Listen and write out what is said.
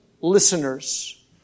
listeners